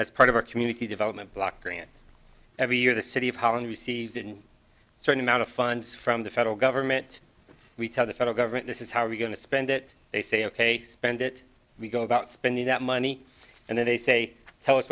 as part of our community development block grant every year the city of holland receives in a certain amount of funds from the federal government we tell the federal government this is how are we going to spend that they say ok spend it we go about spending that money and then they say tell us